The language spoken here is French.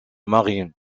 marine